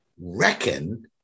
reckon